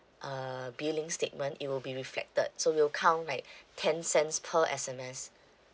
uh billing statement it will be reflected so we'll count like ten cents per S_M_S